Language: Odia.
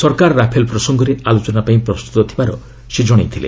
ସରକାର ରାଫଲ ପ୍ରସଙ୍ଗରେ ଆଲୋଚନା ପାଇଁ ପ୍ରସ୍ତୁତ ଥିବାର ସେ ଜଣାଇଥିଲେ